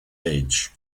age